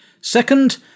Second